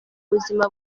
buzima